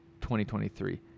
2023